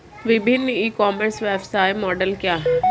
विभिन्न e-commerce व्यवसाय model क्या हैं?